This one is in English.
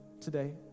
today